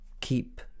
keep